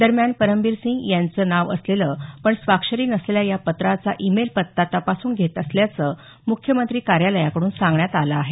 दरम्यान परमबीरसिंग यांचं नाव असलेलं पण स्वाक्षरी नसलेल्या या पत्राचा ईमेल पत्ता तपासून घेत असल्याचं मुख्यमंत्री कार्यालयाकडून सांगण्यात आलं आहे